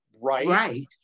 right